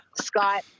Scott